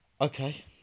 okay